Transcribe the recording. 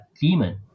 demon